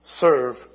serve